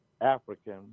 African